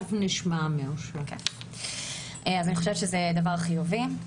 אני חושבת שזה דבר חיובי.